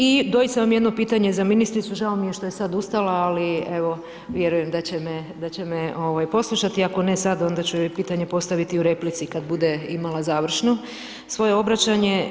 I doista imam jedno pitanje za ministricu, žao mi je što je sada ustala ali vjerujem da će me poslušati, ako ne sada onda ću joj pitanje postaviti u replici kada bude imala završno svoje obraćanje.